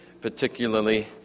particularly